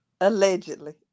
Allegedly